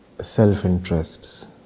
self-interests